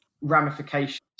ramifications